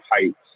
heights